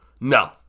no